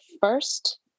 first